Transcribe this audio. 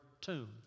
tomb